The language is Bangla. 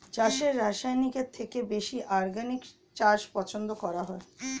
চাষে রাসায়নিকের থেকে বেশি অর্গানিক চাষ পছন্দ করা হয়